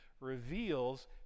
reveals